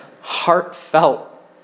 heartfelt